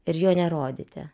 ir jo nerodyti